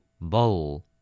Bowl